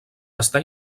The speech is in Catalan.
està